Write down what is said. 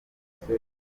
inshuti